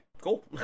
cool